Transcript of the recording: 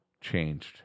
changed